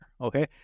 okay